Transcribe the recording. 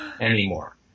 anymore